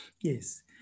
yes